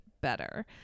better